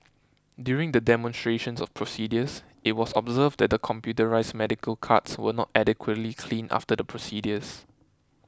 during the demonstrations of procedures it was observed that the computerised medical carts were not adequately cleaned after the procedures